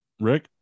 Rick